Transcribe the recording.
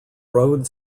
road